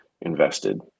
invested